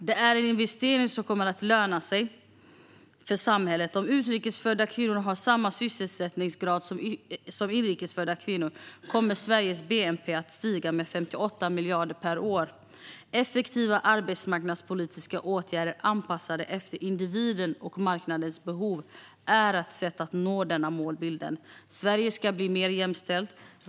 Det är en investering som kommer att löna sig för samhället. Om utrikes födda kvinnor har samma sysselsättningsgrad som inrikes födda kvinnor kommer Sveriges bnp att stiga med 58 miljarder per år. Effektiva arbetsmarknadspolitiska åtgärder - anpassade efter individens och marknadens behov - är ett sätt att nå den målbilden. Sverige ska bli mer jämställt.